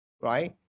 right